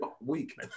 week